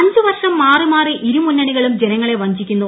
അഞ്ച് വർഷം മാറി മാറി ഇരുമുന്നണികളും ജനങ്ങളെ വഞ്ചിക്കുന്നു